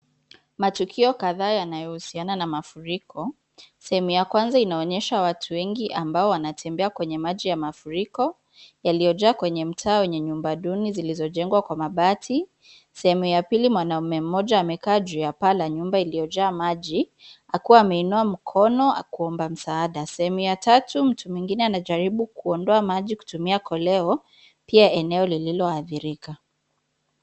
Matukio kadhaa yanayohusiana na mafuriko. Sehemu ya kwanza inaonyesha watu wengi ambao wanatembea kwenye maji ya mafuriko yaliyojaa kwenye mtaa wenye nyumba duni zilizojengwa kwa mabati. Sehemu ya pili mwanaume mmoja amekaa juu ya paa la nyumba iliyojaa maji akiwa ameiuna mkono kuomba msaada,. Sehemu ya tatu mtu mwingine anajaribu kuondoa maji kutumia koleo, pia eneo lililoathirika.